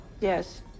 Yes